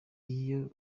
iyo